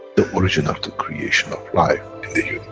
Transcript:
the origin of the creation of life in the